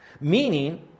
meaning